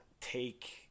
take